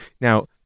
Now